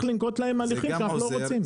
לנקוט נגדם הליכים ואנחנו לא רוצים את זה.